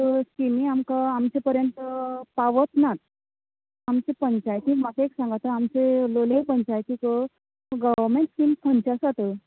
त्यो स्किमी आमकां आमचे पर्यंत पावच ना आमचे पंचायतीन म्हाका एक सांग आतां आमचे लोलयें पंचायतीन गॉवर्नमॅण्ट स्किम्स खंयच्यो आसात